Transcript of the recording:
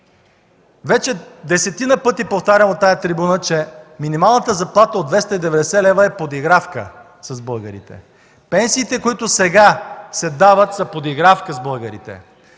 Вече десетина пъти повтарям от тази трибуна, че минималната заплата от 290 лв. е подигравка с българите. Пенсиите, които сега се дават, са подигравка с българите!